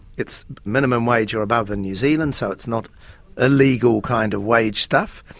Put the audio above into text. it's minimum wage or above in new zealand, so it's not illegal kind of wage stuff,